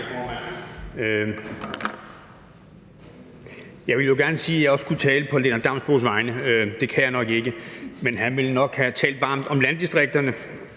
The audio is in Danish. Jeg ville jo gerne kunne sige, at jeg også taler på hr. Lennart Damsbo-Andersens vegne. Det kan jeg nok ikke, men han ville nok have talt varmt om landdistrikterne,